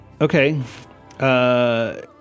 Okay